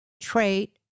trait